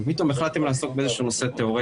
ופתאום החלטתם לעסוק באיזשהו נושא תיאורטי.